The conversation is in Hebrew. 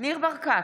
ניר ברקת,